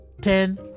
Ten